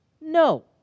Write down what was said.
No